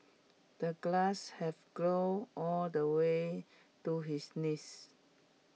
the grass have grown all the way to his knees